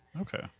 Okay